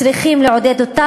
צריכים לעודד אותה,